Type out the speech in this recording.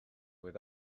with